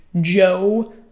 Joe